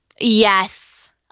Yes